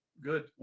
good